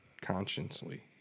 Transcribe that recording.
Consciously